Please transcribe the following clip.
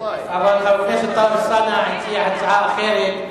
אבל חבר הכנסת טלב אלסאנע הציע הצעה אחרת,